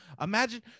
Imagine